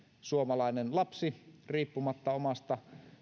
suomalainen lapsi riippumatta omasta